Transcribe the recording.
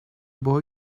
boy